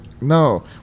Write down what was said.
no